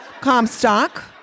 Comstock